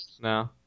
no